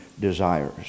desires